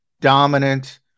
dominant